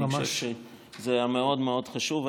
אני חושב שזה היה מאוד מאוד חשוב.